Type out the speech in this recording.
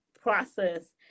process